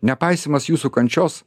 nepaisymas jūsų kančios